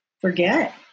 forget